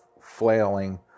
flailing